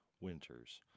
Winters